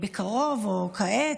בקרוב, או כעת,